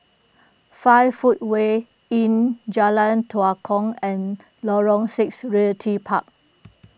five Footway Inn Jalan Tua Kong and Lorong six Realty Park